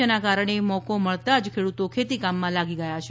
જેના કારણે મોકો મળતાં જ ખેડૂતો ખેતીકામમાં લાગી ગયા છે